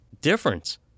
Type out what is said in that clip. difference